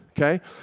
okay